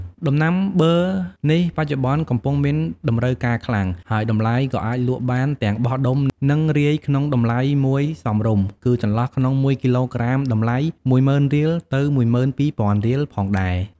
ដំណាំប័រនេះ បច្ចុប្បន្នកំពុងមានតម្រូវការខ្លាំង ហើយតម្លៃក៏អាចលក់បានទាំងបោះដុំ និងរាយក្នុងតម្លៃមួយសមរម្យ គឺចន្លោះក្នុង ១គីឡូក្រាម តម្លៃ ១០,០០០រៀល ទៅ ១២,០០០រៀលផងដែរ។